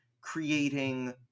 creating